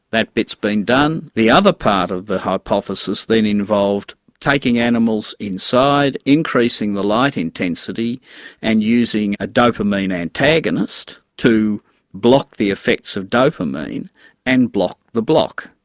that bit has been done. the other part of the hypothesis then involved taking animals inside, increasing the light intensity and using a dopamine antagonist to block the effects of dopamine and block the block.